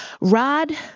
Rod